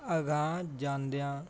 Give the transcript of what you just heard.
ਅਗਾਂਹ ਜਾਂਦਿਆਂ